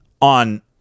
on